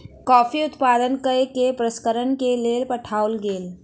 coffee उत्पादन कय के प्रसंस्करण के लेल पठाओल गेल